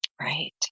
right